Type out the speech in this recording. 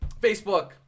Facebook